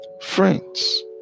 Friends